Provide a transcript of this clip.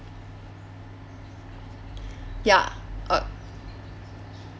ya uh